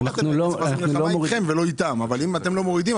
אז נדבר איתכם אבל אם אתם לא מורידים,